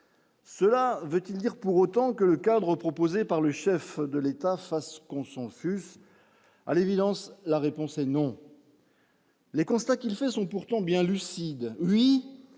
cela veut-il dire pour autant que le cadre proposé par le chef de l'État fasse consensus à l'évidence, la réponse est non. Les constats qui se sont pourtant bien lucide